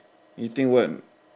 you think [what]